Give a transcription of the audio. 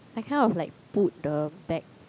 I kind of like pulled the back